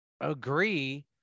agree